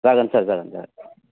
जागोन सार जागोन जागोन